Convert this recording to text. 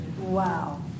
Wow